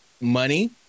money